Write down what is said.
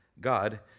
God